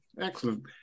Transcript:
excellent